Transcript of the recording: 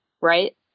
right